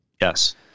Yes